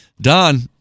Don